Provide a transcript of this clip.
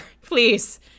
please